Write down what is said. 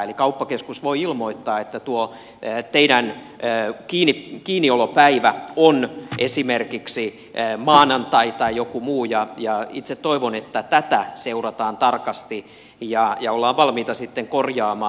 eli kauppakeskus voi ilmoittaa että tuo teidän kiinniolopäivänne on esimerkiksi maanantai tai joku muu ja itse toivon että tätä seurataan tarkasti ja ollaan valmiita sitten korjaamaan